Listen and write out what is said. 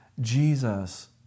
Jesus